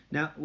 Now